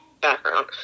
background